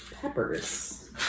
peppers